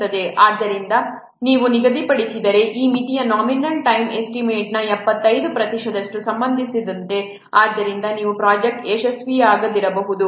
ಆದ್ದರಿಂದ ನೀವು ನಿಗದಿಪಡಿಸಿದರೆ ಈ ಮಿತಿಯು ನಾಮಿನಲ್ ಟೈಮ್ ಎಸ್ಟಿಮೇಟ್ನ 75 ಪ್ರತಿಶತದಷ್ಟು ಸಂಭವಿಸುತ್ತದೆ ಆದ್ದರಿಂದ ನಿಮ್ಮ ಪ್ರೊಜೆಕ್ಟ್ ಯಶಸ್ವಿಯಾಗದಿರಬಹುದು